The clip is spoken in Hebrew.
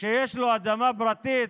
שיש לו אדמה פרטית,